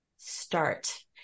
start